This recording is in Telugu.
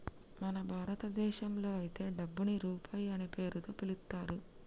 మన భారతదేశంలో అయితే డబ్బుని రూపాయి అనే పేరుతో పిలుత్తారు